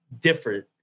different